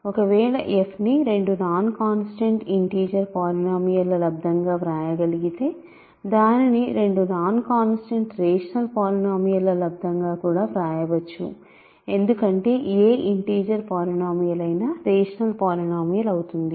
ఒకవేళ f ని రెండు నాన్ కాన్స్టాంట్ ఇంటిజర్ పాలినోమియల్ ల లబ్దం గా వ్రాయగలిగితే దానిని రెండు నాన్ కాన్స్టాంట్ రేషనల్ పాలినోమియల్ ల లబ్దం గా కూడా వ్రాయవచ్చు ఎందుకంటే ఏ ఇంటిజర్ పాలినోమియల్ అయినా రేషనల్ పాలినోమియల్ అవుతుంది